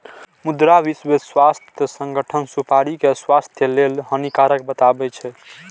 मुदा विश्व स्वास्थ्य संगठन सुपारी कें स्वास्थ्य लेल हानिकारक बतबै छै